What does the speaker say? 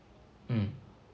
mm